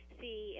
see